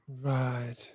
Right